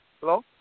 Hello